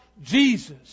Jesus